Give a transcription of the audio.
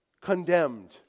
condemned